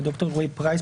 ד"ר אלרעי-פרייס,